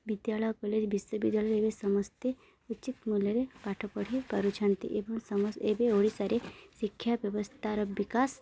ବିଦ୍ୟାଳୟ କଲେଜ ବିଶ୍ୱବିଦ୍ୟାଳୟ ଏବେ ସମସ୍ତେ ଉଚିତ୍ ମୂଲ୍ୟରେ ପାଠ ପଢ଼ି ପାରୁଛନ୍ତି ଏବଂ ଏବେ ଓଡ଼ିଶାରେ ଶିକ୍ଷା ବ୍ୟବସ୍ଥାର ବିକାଶ